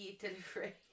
delivery